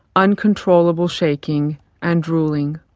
uncontrollable shaking and drooling.